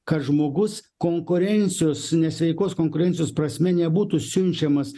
kad žmogus konkurencijos nesveikos konkurencijos prasme nebūtų siunčiamas